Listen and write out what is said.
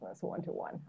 one-to-one